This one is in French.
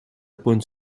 pointe